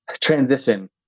transition